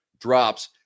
drops